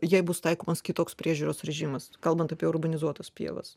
jei bus taikomas kitoks priežiūros režimas kalbant apie urbanizuotas pievas